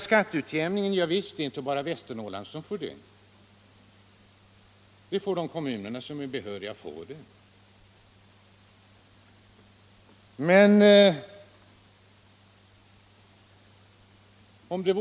Skatteutjämning — ja visst, men det är inte bara Västernorrland som får del av den; det får alla de kommuner som är behöriga att få det.